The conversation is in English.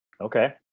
okay